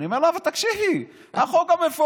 אני אומר לה: אבל תקשיבי, בחוק המפורט